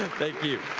thank you.